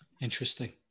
Interesting